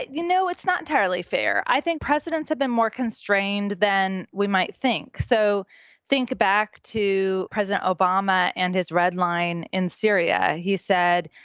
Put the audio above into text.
you know, it's not entirely fair. i think presidents have been more constrained than we might think so think back to president obama and his red line in syria. he said,